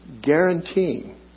guaranteeing